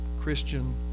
Christian